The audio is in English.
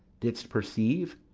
didst perceive?